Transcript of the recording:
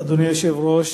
אדוני היושב-ראש,